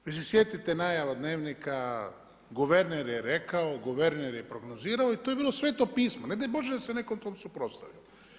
Vi se sjetite najava Dnevnika, guverner je rekao, guverner je prognozirao i to je bilo Sveto pismo, ne daj Bože da se neko tom suprotstavio.